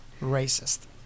racist